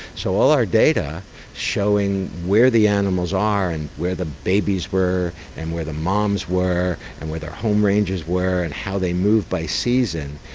so all our data showing where the animals are and where the babies were and where the moms were and where their home ranges were and how they move by season,